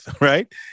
right